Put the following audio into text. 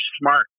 smart